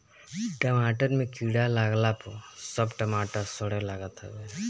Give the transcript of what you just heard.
टमाटर में कीड़ा लागला पअ सब टमाटर सड़े लागत हवे